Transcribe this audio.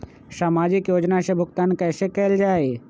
सामाजिक योजना से भुगतान कैसे कयल जाई?